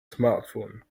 smartphone